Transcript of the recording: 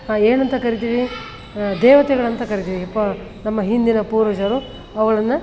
ಏನಂತ ಕರಿತೀವಿ ದೇವತೆಗಳು ಅಂತ ಕರಿತೀವಿ ಪ ನಮ್ಮ ಹಿಂದಿನ ಪೂರ್ವಜರು ಅವುಗಳನ್ನು